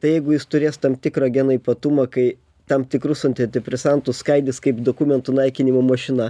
tai jeigu jis turės tam tikrą geno ypatumą kai tam tikrus antidepresantus skaidys kaip dokumentų naikinimo mašina